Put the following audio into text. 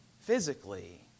Physically